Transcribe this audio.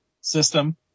system